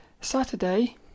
saturday